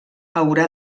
haurà